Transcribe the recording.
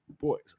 Boys